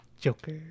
Joker